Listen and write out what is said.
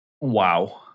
Wow